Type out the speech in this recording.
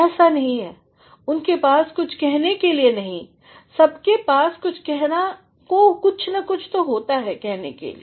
ऐसा नहीं है कि उनके पास कुछ कहने के लिए नहीं सब के पास कुछ ना कुछ होता है कहने के लिए